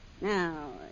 Now